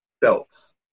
belts